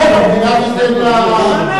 אם המדינה תיתן, הוא מתגלגל בבית-המשפט שנה,